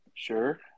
Sure